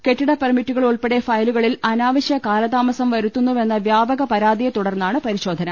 കെട്ടിട പെർമിറ്റുകൾ ഉൾപ്പെടെ ഫയലുകളിൽ അനാവശ്യ കാലതാമസം വരു ത്തുന്നുവെന്ന വ്യാപക പരാതിയെത്തുടർന്നാണ് പരി ശോധന